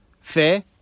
fair